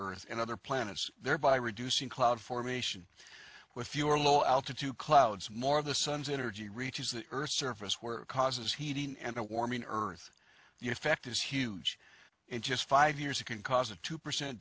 earth and other planets thereby reducing cloud formation with fewer low altitude clouds more of the sun's energy reaches the earth's surface where causes heating and a warming earth the effect is huge in just five years it can cause a two percent